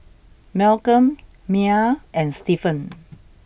Malcom Miah and Stephan